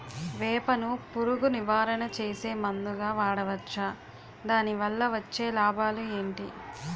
వేప ను పురుగు నివారణ చేసే మందుగా వాడవచ్చా? దాని వల్ల వచ్చే లాభాలు ఏంటి?